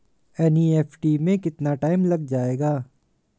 NEFT में कितना time लग जाएगा?